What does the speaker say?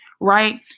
right